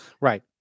Right